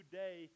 day